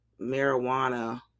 marijuana